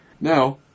Now